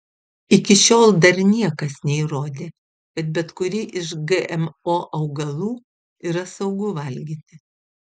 iki šiol dar niekas neįrodė kad bet kurį iš gmo augalų yra saugu valgyti